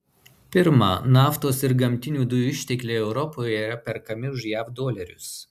pirma naftos ir gamtinių dujų ištekliai europoje yra perkami už jav dolerius